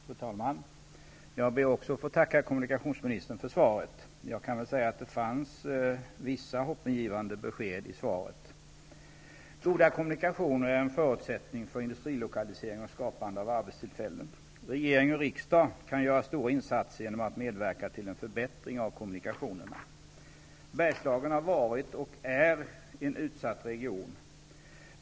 Fru talman! Också jag ber att få tacka kommunikationsministern för svaret. Det innehöll vissa hoppingivande besked. Goda kommunikationer är en förutsättning för industrilokalisering och skapande av arbetstillfällen. Regering och riksdag kan göra stora insatser genom att medverka till en förbättring av kommunikationerna. Bergslagen har varit och är en utsatt region.